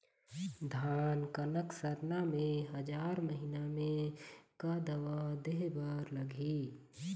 धान कनक सरना मे हजार महीना मे का दवा दे बर लगही?